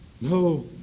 No